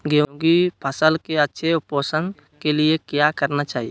गेंहू की फसल के अच्छे पोषण के लिए क्या करना चाहिए?